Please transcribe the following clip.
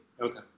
Okay